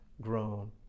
grown